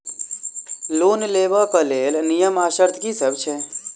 Loan लेबऽ कऽ लेल नियम आ शर्त की सब छई?